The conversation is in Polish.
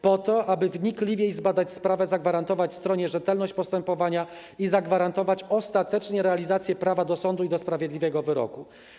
Po to aby wnikliwiej zbadać sprawę, zagwarantować stronie rzetelność postępowania i zagwarantować ostatecznie realizację prawa do sądu i do sprawiedliwego wyroku.